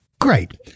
Great